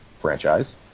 franchise